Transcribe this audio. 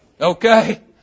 Okay